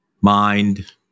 mind